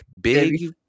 Big